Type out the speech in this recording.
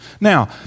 Now